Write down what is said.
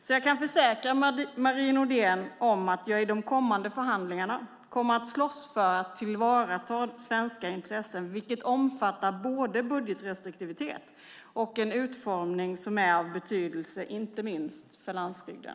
Så jag kan försäkra Marie Nordén om att jag i de kommande förhandlingarna kommer att slåss för att tillvarata svenska intressen, vilket omfattar både budgetrestriktivitet och en utformning som är av betydelse inte minst för landsbygden.